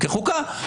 כחוקה?